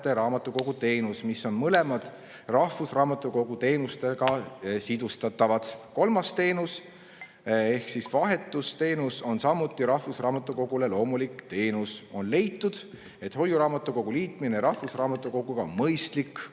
raamatukogu teenus, mõlemad on rahvusraamatukogu teenustega seotavad. Kolmas teenus ehk vahetusteenus on samuti rahvusraamatukogule loomulik teenus. On leitud, et hoiuraamatukogu liitmine rahvusraamatukoguga on mõistlik,